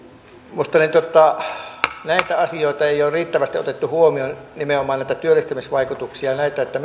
minusta näitä asioita ei ole riittävästi otettu huomioon nimenomaan työllistämisvaikutuksia ja näitä että